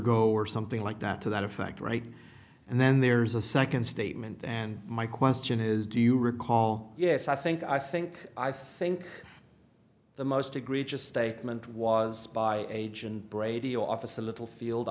go or something like that to that effect right and then there's a second statement and my question is do you recall yes i think i think i think the most egregious statement was by agent brady office a little field